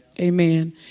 Amen